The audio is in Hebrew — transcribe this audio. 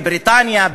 בבריטניה,